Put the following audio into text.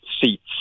seats